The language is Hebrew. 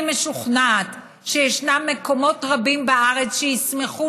אני משוכנעת שיש מקומות רבים בארץ שישמחו